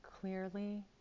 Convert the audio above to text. clearly